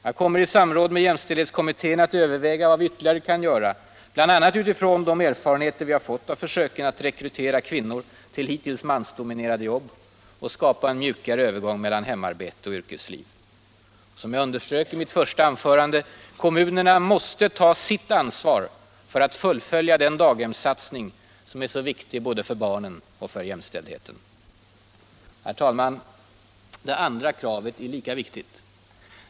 Jag kommer i samråd med jämställdhetskommittén att överväga vad vi ytterligare kan göra, bl.a. med utgångspunkt i de erfarenheter vi har fått av försöken med att rekrytera kvinnor till hittills mansdominerade jobb och skapa en mjukare övergång mellan hemarbete och yrkesliv. Och som jag underströk i mitt första anförande: kommunerna måste ta sitt ansvar för att fullfölja den daghemssatsning som är så viktig för både barnen och jämställdheten. Det andra kravet är lika viktigt.